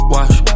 Watch